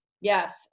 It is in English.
Yes